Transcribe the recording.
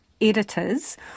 editors